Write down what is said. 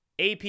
AP